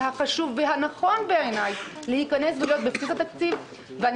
החשוב והנכון בעיניי להיכנס ולהיות בבסיס התקציב ואני